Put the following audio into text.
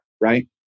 right